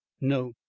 no.